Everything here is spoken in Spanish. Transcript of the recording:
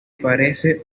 parece